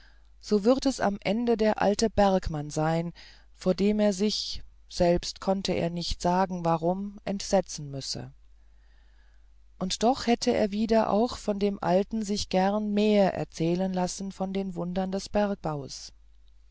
so würd es am ende der alte bergmann sein vor dem er sich selbst konnte er nicht sagen warum entsetzen müsse und doch hätte er wieder auch von dem alten sich gern mehr erzählen lassen von den wundern des bergbaues